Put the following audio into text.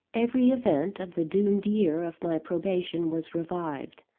every event of the doomed year of my probation was revived.